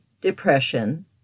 depression